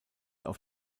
auf